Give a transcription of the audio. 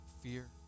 fear